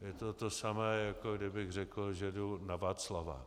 Je to to samé, jako kdybych řekl, že jdu na Václavák.